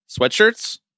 Sweatshirts